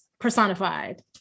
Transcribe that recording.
Personified